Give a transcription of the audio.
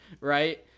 right